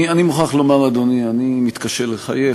אני מוכרח לומר, אדוני, אני מתקשה לחייך.